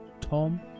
Tom